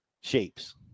shapes